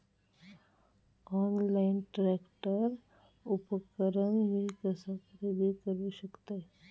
Online tractor उपकरण मी कसा खरेदी करू शकतय?